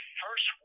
first